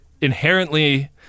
inherently